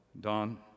Don